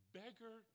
beggar